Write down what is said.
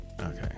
okay